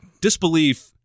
disbelief